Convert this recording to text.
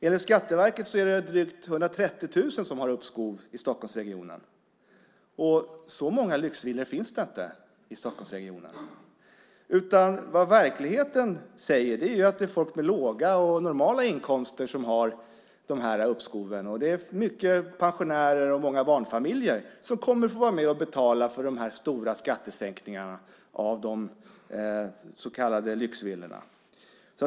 Enligt Skatteverket är det drygt 130 000 som har uppskov i Stockholmsregionen. Så många lyxvillor finns det inte i Stockholmsregionen. Vad verkligheten säger är att det är folk med låga och normala inkomster som har de här uppskoven. Det är många pensionärer och många barnfamiljer som kommer att få vara med och betala för de stora skattesänkningarna för de så kallade lyxvillorna.